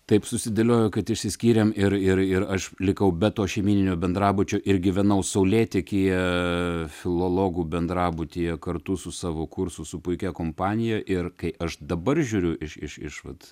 taip susidėliojo kad išsiskyrėm ir ir ir aš likau be to šeimyninio bendrabučio ir gyvenau saulėtekyje filologų bendrabutyje kartu su savo kursu su puikia kompanija ir kai aš dabar žiūriu iš iš iš vat